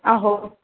आहो